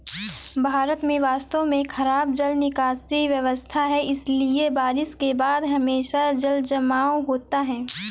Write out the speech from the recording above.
भारत में वास्तव में खराब जल निकासी व्यवस्था है, इसलिए बारिश के बाद हमेशा जलजमाव होता है